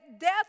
death